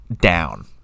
down